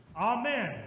Amen